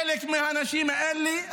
חלק מהאנשים האלה,